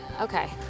okay